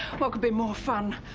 what could be more fun?